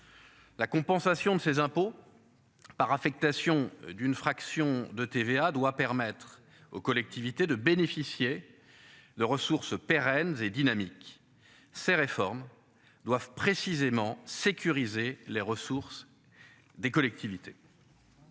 La compensation de ses impôts. Par affectation d'une fraction de TVA doit permettre aux collectivités de bénéficier. De ressources pérennes et dynamiques. Ces réformes doivent précisément sécurisé les ressources. Des collectivités.